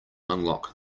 unlock